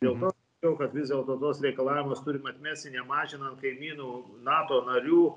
dėl to kiau kad vis dėlto tuos reikalavimus turim atmesti nemažinant kaimynų nato narių